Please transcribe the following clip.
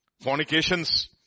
Fornications